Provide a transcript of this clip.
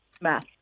Math